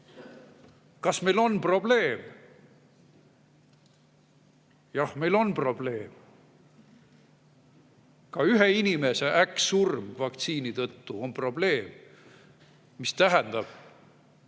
Kas meil on probleem? Jah, meil on probleem. Ka ühe inimese äkksurm vaktsiini tõttu on probleem, mis tähendab,